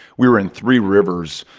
we were in three rivers,